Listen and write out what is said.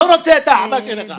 לא רוצה את האחווה שלך.